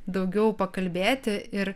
daugiau pakalbėti ir